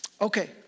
Okay